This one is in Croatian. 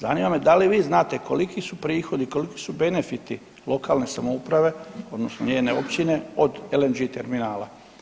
Zanima me da li vi znate koliki su prihodi, koliki su benefiti lokalne samouprave, odnosno njene općine od LNG terminala.